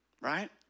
right